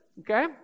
Okay